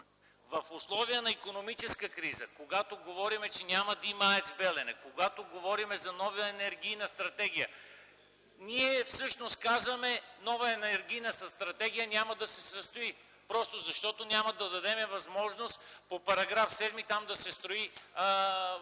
В условия на икономическа криза, когато говорим, че няма да има АЕЦ „Белене”, когато говорим за нова енергийна стратегия, ние всъщност казваме: новата енергийна стратегия няма да се състои, просто защото няма да дадем възможност по § 7 там да се строят възобновяеми